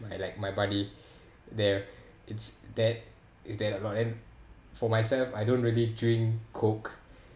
with my like my buddy there it's that is there a lot then for myself I don't really drink coke